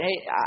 hey